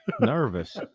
nervous